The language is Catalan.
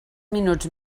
minuts